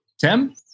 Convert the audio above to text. Tim